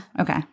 okay